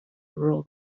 rule